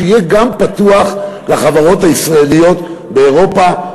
שיהיה גם פתוח לחברות הישראליות באירופה,